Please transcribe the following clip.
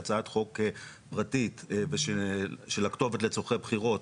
הצעת חוק פרטית של הכתובת לצורכי בחירות,